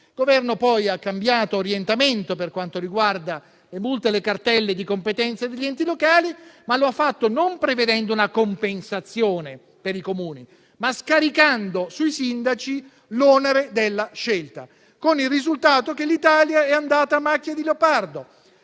Il Governo ha poi cambiato orientamento per quanto riguarda le multe e le cartelle di competenza degli enti locali, ma lo ha fatto non prevedendo una compensazione per i Comuni, ma scaricando sui sindaci l'onere della scelta, con il risultato che l'Italia si è mossa a macchia di leopardo.